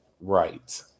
right